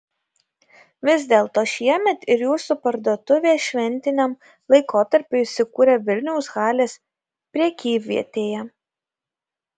vis dėlto šiemet ir jūsų parduotuvė šventiniam laikotarpiui įsikūrė vilniaus halės prekyvietėje